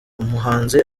umuhanzi